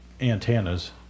antennas